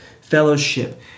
fellowship